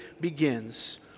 begins